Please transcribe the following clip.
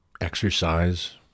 exercise